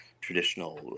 traditional